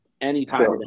Anytime